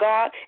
God